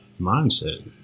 mindset